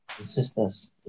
sisters